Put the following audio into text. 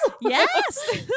yes